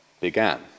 began